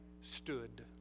stood